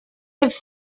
have